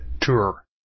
tour